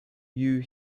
you